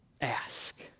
Ask